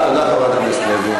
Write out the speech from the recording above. תודה, חברת הכנסת לוי.